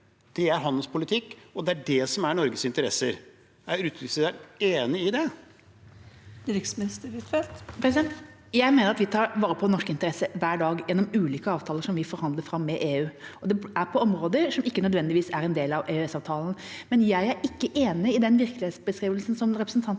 Det er handelspolitikk, og det er det som er Norges interesser. Er utenriksministeren enig i det? Utenriksminister Anniken Huitfeldt Jeg mener at vi tar vare på norske interesser hver dag gjennom ulike avtaler som vi forhandler fram med EU – det er på områder som ikke nødvendigvis er en del av EØS-avtalen – men jeg er ikke enig i den virkelighetsbeskrivelsen som representanten